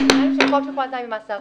חוק שחרור על תנאי ממאסר